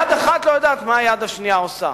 יד אחת לא יודעת מה היד השנייה עושה.